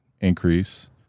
Increase